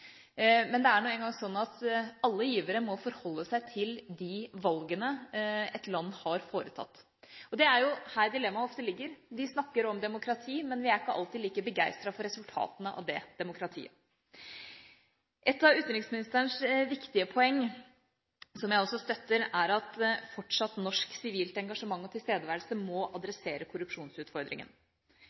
Men det er nå engang sånn at alle givere må forholde seg til de valgene et land har foretatt. Det er jo her dilemmaet ofte ligger. De snakker om demokrati, men vi er ikke alltid like begeistret for resultatene av det demokratiet. Et av utenriksministerens viktige poeng – som jeg også støtter – er at fortsatt norsk sivilt engasjement og tilstedeværelse må adressere korrupsjonsutfordringen.